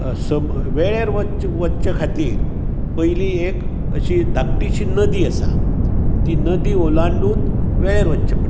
समज वेळेर वच वचचें खातीर पयली एक अशी धाकटीशी नदी आसा ती नदी ओलांडून वेळेर वचचें पडटा